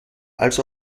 als